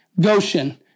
Goshen